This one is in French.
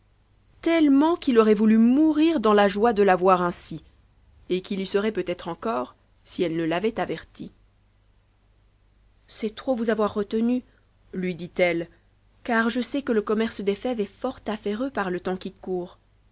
tellement qu'il aurait voulu mourir dans la joie de la voir ainsi et qu'il y serait peumtre encore si elle ne l'avait averti c'est trop vous avoir retenu lui ditelle car je sais que le commerce des fèves est fort affaireux par le temps qui court